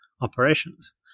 operations